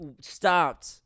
stopped